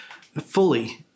fully